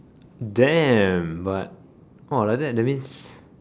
damn but !wah! like that that means